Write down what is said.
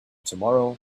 tomorrow